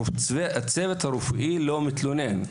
הצוות הרפואי לא מתלונן,